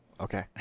Okay